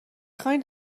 خواین